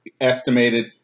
estimated